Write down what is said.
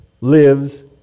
lives